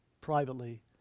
privately